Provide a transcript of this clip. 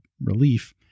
relief